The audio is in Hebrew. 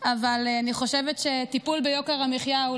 אבל אני חושבת שטיפול ביוקר המחיה הוא